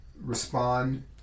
respond